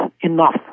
enough